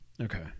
Okay